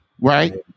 right